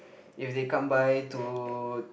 if they come by to